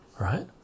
right